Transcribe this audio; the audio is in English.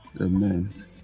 Amen